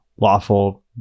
Lawful